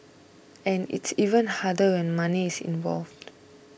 and it's even harder when money is involved